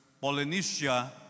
Polynesia